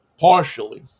partially